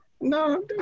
No